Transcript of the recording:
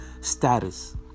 status